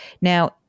Now